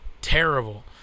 terrible